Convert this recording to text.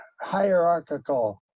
hierarchical